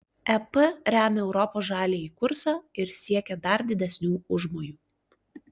ep remia europos žaliąjį kursą ir siekia dar didesnių užmojų